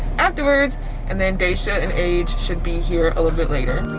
afterwards and then daisha and age should be here later.